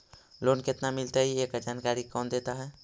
Loan केत्ना मिलतई एकड़ जानकारी कौन देता है?